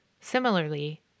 Similarly